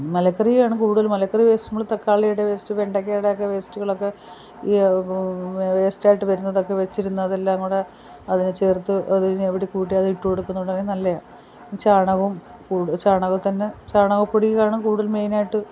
മലക്കറിയാണ് കൂടുതൽ മലക്കറി വേസ്റ്റ് നമ്മൾ തക്കാളീടെ വേസ്റ്റ് വെണ്ടയ്ക്കാടെയൊക്കെ വേസ്റ്റുകളൊക്കെ ഇയാ വേസ്റ്റായിട്ട് വരുന്നതൊക്കെ വെച്ചിരുന്നതെല്ലാം കൂടെ അതിനെചേർത്തു അത് ഞവടി കൂട്ടി അതിട്ട് കൊടുക്കുന്നത് കൊണ്ട് തന്നെ നല്ലെയാ ചാണകോം കൂട് ചാണകത്തന്നെ ചാണക പൊടിയാണ് കൂടുതലും മെയിനായിട്ട്